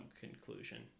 conclusion